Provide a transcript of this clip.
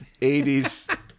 80s